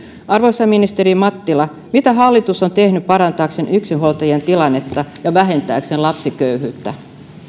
arvoisa ministeri mattila mitä hallitus on tehnyt parantaakseen yksinhuoltajien tilannetta ja vähentääkseen lapsiköyhyyttä